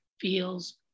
feels